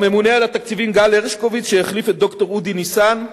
לממונה על התקציבים גל הרשקוביץ שהחליף את ד"ר אודי ניסן,